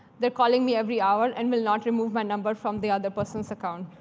they're calling me every hour and will not remove my number from the other person's account.